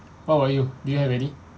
what about you do you have any